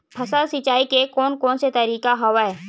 फसल सिंचाई के कोन कोन से तरीका हवय?